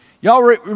Y'all